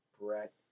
Brett